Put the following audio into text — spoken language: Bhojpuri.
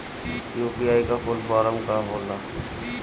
यू.पी.आई का फूल फारम का होला?